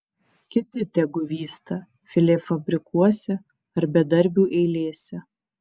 kiti tegu vysta filė fabrikuose ar bedarbių eilėse